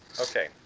okay